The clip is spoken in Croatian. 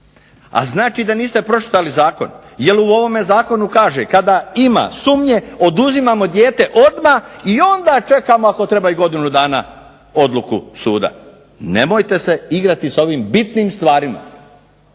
A znači da niste pročitali zakon jer u ovom zakonu kaže kada ima sumnje oduzimamo dijete odmah i onda čekamo ako treba i godinu dana odluku suda. Nemojte se igrati s ovim bitnim stvarima.